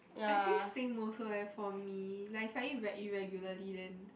I think same also eh for me like if I eat very irregularly then